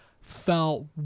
felt